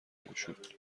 گشود